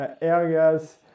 areas